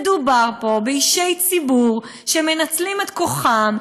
מדובר פה באישי ציבור שמנצלים את כוחם,